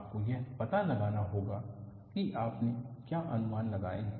आपको यह पता लगाना होगा कि आपने क्या अनुमान लगाए हैं